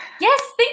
yes